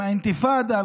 עם האינתיפאדה,